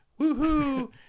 Woohoo